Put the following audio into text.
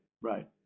Right